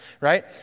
right